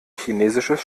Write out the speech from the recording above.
chinesisches